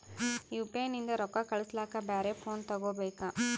UPI ನಿಂದ ರೊಕ್ಕ ಕಳಸ್ಲಕ ಬ್ಯಾರೆ ಫೋನ ತೋಗೊಬೇಕ?